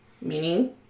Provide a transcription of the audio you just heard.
Meaning